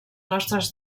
nostres